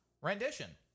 rendition